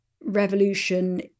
revolution